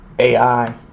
AI